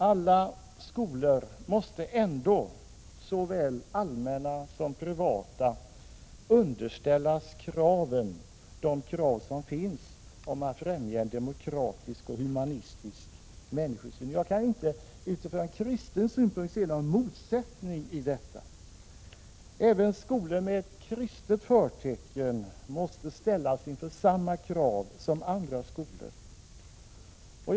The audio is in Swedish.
Alla skolor — såväl allmänna som privata — måste ändå underställas de krav som finns om att främja en demokratisk och human människosyn. Jag kan inte utifrån kristen synpunkt se någon motsättning i det. Även skolor med kristna förtecken måste ställas inför samma krav som andra skolor.